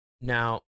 Now